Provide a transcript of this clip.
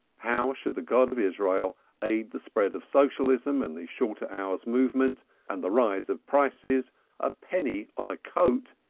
how should the god of israel aid the spread of socialism and the shorter hours movement and the rise of prices a penny on a coat,